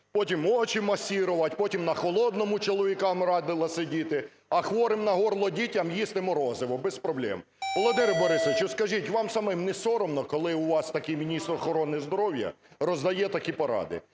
потім очі масирувати; потім на холодному чоловікам радила сидіти, а хворим на горло дітям їсти морозиво без проблем. Володимире Борисовичу, скажіть, вам самим несоромно, коли у вас такий міністр охорони здоров'я роздає такі поради?